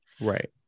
Right